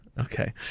Okay